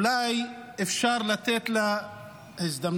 אולי אפשר לתת לה הזדמנות,